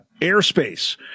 Airspace